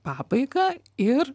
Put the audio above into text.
pabaigą ir